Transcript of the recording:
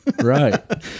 Right